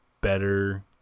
better